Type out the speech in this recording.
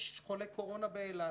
יש חולי קורונה באילת.